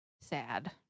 sad